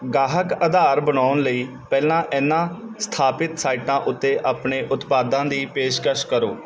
ਗਾਹਕ ਅਧਾਰ ਬਣਾਉਣ ਲਈ ਪਹਿਲਾਂ ਇਨ੍ਹਾਂ ਸਥਾਪਿਤ ਸਾਈਟਾਂ ਉੱਤੇ ਆਪਣੇ ਉਤਪਾਦਾਂ ਦੀ ਪੇਸ਼ਕਸ਼ ਕਰੋ